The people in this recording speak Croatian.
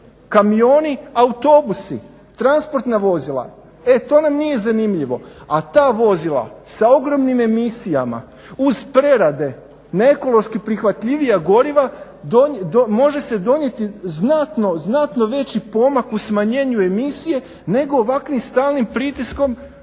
kamioni, autobusi, transportna vozila. E to nam nije zanimljivo. A ta vozila sa ogromnim emisijama uz prerade na ekološki prihvatljivija goriva može se donijeti znatno veći pomak u smanjenju emisije nego ovakvim stalnim pritiskom